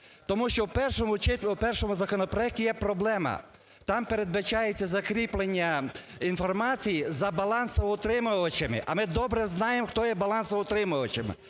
Тому що у першому законопроекті є проблема: там передбачається закріплення інформації за балансоутримувачами. А ми добре знаємо, хто є балансоутримувачами,